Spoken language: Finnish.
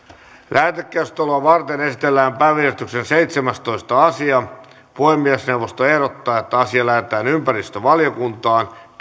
lähetekeskustelua varten esitellään päiväjärjestyksen seitsemästoista asia puhemiesneuvosto ehdottaa että asia lähetetään ympäristövaliokuntaan